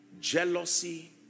jealousy